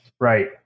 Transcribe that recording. Right